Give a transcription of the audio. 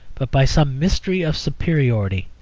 but by some mystery of superiority,